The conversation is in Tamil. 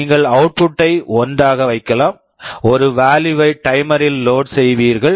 நீங்கள் அவுட்புட் output ஐ 1 ஆக வைக்கலாம் ஒரு வாலுயு value -வை டைமர் timer -ல் லோட் load செய்வீர்கள்